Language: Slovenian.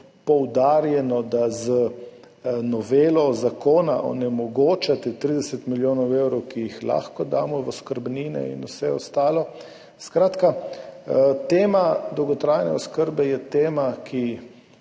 poudarjeno, da z novelo zakona onemogočate 30 milijonov evrov, ki jih lahko damo v oskrbnine in vse ostalo. Skratka, tema dolgotrajne oskrbe je tema, ki